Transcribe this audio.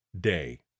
day